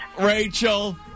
Rachel